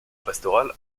pastorale